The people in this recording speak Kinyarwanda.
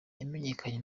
yamenyekanye